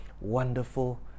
Wonderful